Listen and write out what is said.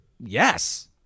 yes